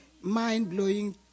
mind-blowing